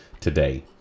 today